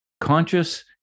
conscious